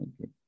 Okay